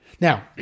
Now